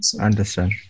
Understand